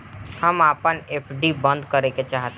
हम अपन एफ.डी बंद करेके चाहातानी